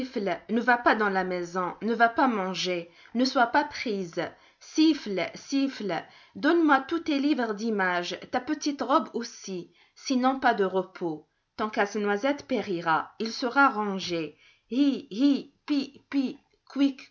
ne va pas dans la maison ne va pas manger ne sois pas prise siffle siffle donne-moi tous tes livres d'images ta petite robe aussi sinon pas de repos ton casse-noisette périra il sera rongé hi